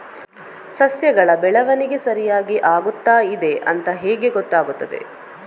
ಸಸ್ಯಗಳ ಬೆಳವಣಿಗೆ ಸರಿಯಾಗಿ ಆಗುತ್ತಾ ಇದೆ ಅಂತ ಹೇಗೆ ಗೊತ್ತಾಗುತ್ತದೆ?